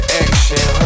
action